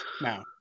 now